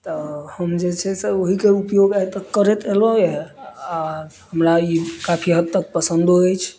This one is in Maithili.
तऽ हम जे छै से ओहिके उपयोग एतऽ करैत अयलहुॅं आ हमरा ई काफी हद तक पसन्दो अछि